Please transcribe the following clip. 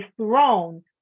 throne